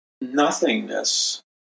nothingness